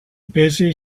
busy